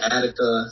Attica